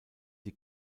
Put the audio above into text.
die